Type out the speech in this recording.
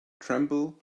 tremble